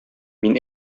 мин